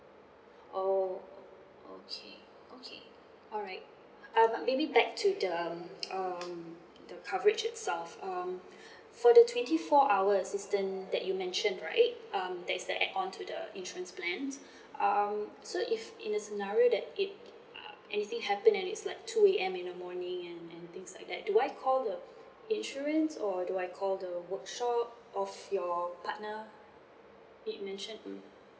oh okay okay alright um maybe back to the um the coverage itself um for the twenty four hour assistant that you mention right um there is the add on to the insurance plans um so if in the scenario that if uh anything happen and it's like two A_M in the morning and and things like that do I call the insurance or do I call the workshop of your partner it mention mm